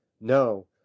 No